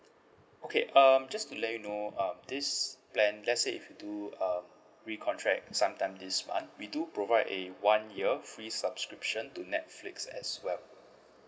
okay um just to let you know um this plan let's say if you do um recontract sometime this month we do provide a one year free subscription to netflix as well